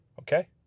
Okay